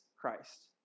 Christ